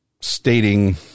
stating